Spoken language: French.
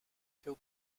fait